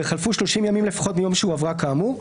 וחלפו 30 ימים לפחות מיום שהועברה כאמור,